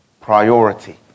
priority